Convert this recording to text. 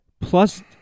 plus –